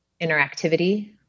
interactivity